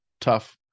tough